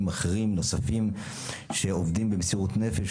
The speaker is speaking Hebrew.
אחרים נוספים שעובדים במסירות נפש,